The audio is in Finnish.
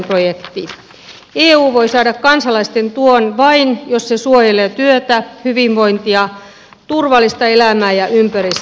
eu voi saada kansalaisten tuen vain jos se suojelee työtä hyvinvointia turvallista elämää ja ympäristöä